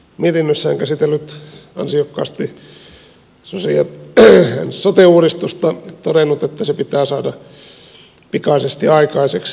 valtiovarainvaliokunta on mietinnössään käsitellyt ansiokkaasti sote uudistusta ja todennut että se pitää saada pikaisesti aikaiseksi